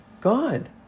God